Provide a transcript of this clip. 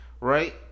right